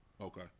Okay